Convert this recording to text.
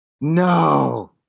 No